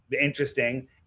Interesting